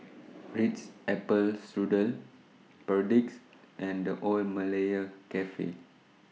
Ritz Apple Strudel Perdix and The Old Malaya Cafe